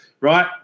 right